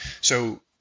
So-